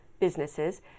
businesses